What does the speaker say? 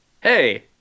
Hey